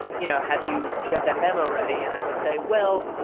you know, have you do you have that memo ready? and i would say, well,